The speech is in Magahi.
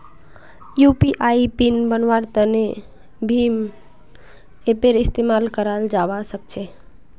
यू.पी.आई पिन बन्वार तने भीम ऐपेर इस्तेमाल कराल जावा सक्छे